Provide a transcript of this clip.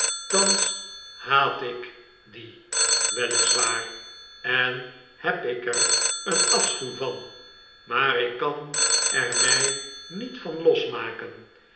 thans haat ik die wel is waar en heb ik er een afschuw van maar ik kan er mij niet van losmaken